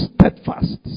steadfast